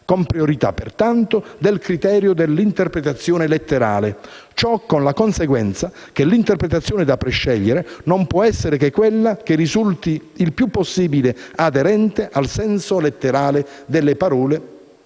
con priorità, pertanto, del criterio dell'interpretazione letterale; ciò con la conseguenza che l'interpretazione da prescegliere non può essere che quella che risulti il più possibile aderente al senso letterale delle parole,